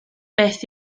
beth